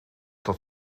dat